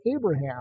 Abraham